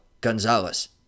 Gonzalez